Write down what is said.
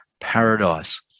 paradise